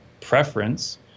preference